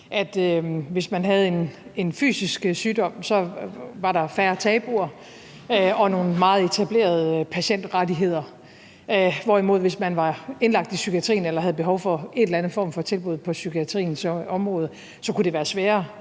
hvis man havde en fysisk sygdom, var der færre tabuer og nogle meget etablerede patientrettigheder, hvorimod at hvis man var indlagt i psykiatrien eller havde behov for en eller anden form for tilbud på psykiatriens område, kunne det være sværere,